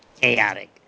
chaotic